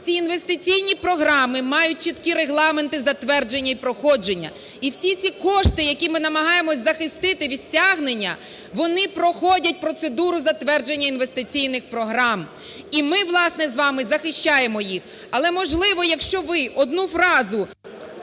Ці інвестиційні програми мають чіткі регламенти затвердження і проходження. І всі ці кошти, які ми намагаємося захистити від стягнення, вони проходять процедуру затвердження інвестиційних програм. І ми, власне, захищаємо їх. Але, можливо, якщо ви одну фразу…